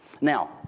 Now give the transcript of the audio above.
Now